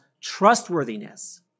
trustworthiness